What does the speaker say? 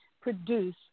Produce